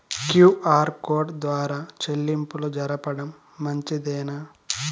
QR code ద్వారా చెల్లింపులు జరపడం మంచిదేనా?